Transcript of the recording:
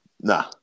Nah